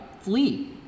flee